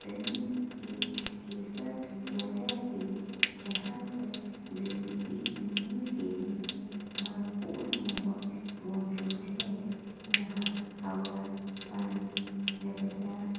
زمین ایک ایسا سیارہ ہے جہاں پر زندگی جینے کے لیے معقول ماحول موجود ہے یہاں ہوا پانی نباتات